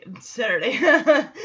Saturday